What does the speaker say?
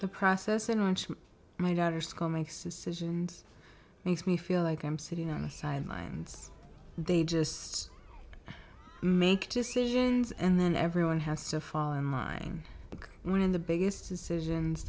the process in which my daughter's school makes its citizens makes me feel like i'm sitting on the sidelines they just make decisions and then everyone has to fall in line and one of the biggest decisions